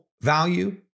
value